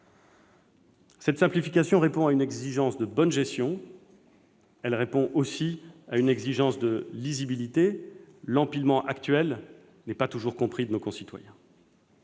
Cette simplification répond à une exigence de bonne gestion. Elle répond aussi à une exigence de lisibilité : l'empilement actuel n'est pas toujours compris de nos concitoyens.